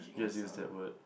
just use that word